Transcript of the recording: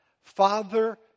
Father